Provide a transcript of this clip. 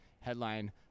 headline